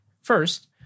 first